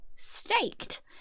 staked